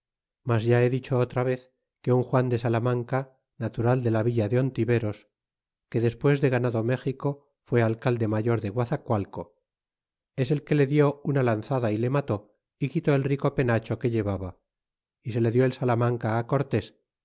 mas ya he dicho otra vez que un juan de salamanca natural de la villa de ontiveros que despues de ganado méxico fue alcalde mayor de guazacualco es el que le di una lanzada y le mató y quitó el rico penacho que llevaba y se le lió el salamanca cortés